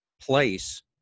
place